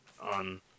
on